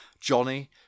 johnny